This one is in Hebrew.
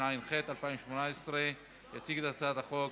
התשע"ח 2018. יציג את הצעת החוק,